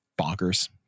bonkers